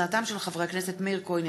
הצעתם של חברי הכנסת מאיר כהן,